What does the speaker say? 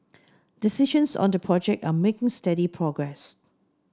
discussions on the project are making steady progress